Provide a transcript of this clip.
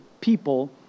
people